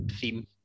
theme